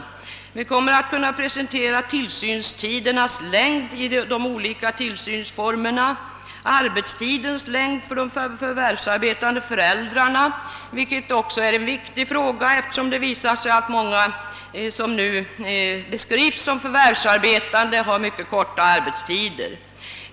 ävenså kommer vi att kunna presentera tillsynstidernas längd i olika tillsynsformer och arbetstidens längd för de förvärvsarbetande föräldrarna, vilket också är en viktig fråga, eftersom det visat sig att många som nu beskrives som förvärvsarbetande har mycket korta arbetstider.